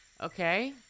Okay